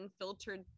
unfiltered